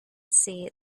see